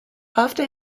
after